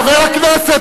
חבר הכנסת,